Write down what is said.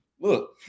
look